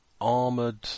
armoured